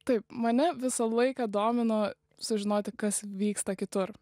taip mane visą laiką domino sužinoti kas vyksta kitur